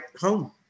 home